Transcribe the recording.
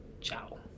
ciao